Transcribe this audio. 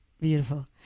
beautiful